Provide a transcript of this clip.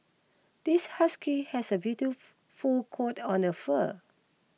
this husky has a beautiful coat one the fur